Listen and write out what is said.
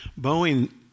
Boeing